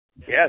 Yes